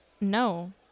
No